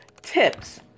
tips